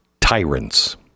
tyrants